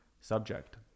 subject